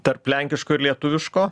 tarp lenkiško ir lietuviško